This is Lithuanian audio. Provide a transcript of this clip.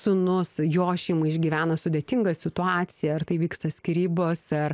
sūnus jo šeima išgyvena sudėtingą situaciją ar tai vyksta skyrybos ar